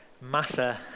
Massa